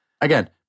Again